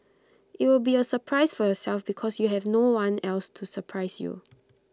IT will be A surprise for yourself because you have no one else to surprise you